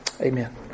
Amen